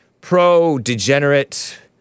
pro-degenerate